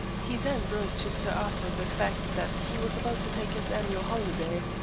he then broke to sir arthur the fact that he was about to take his annual holiday.